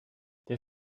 der